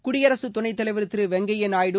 குடியரசு துணைத் தலைவர் திரு வெங்கைய நாயுடு